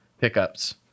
pickups